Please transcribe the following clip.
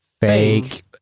Fake